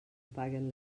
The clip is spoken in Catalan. paguen